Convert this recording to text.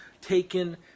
taken